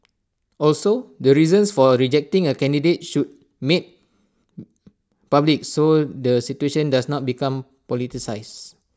also the reasons for rejecting A candidate should made public so the situation does not become politicised